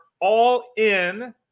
all-in